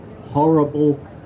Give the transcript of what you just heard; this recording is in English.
horrible